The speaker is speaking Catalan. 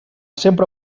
sempre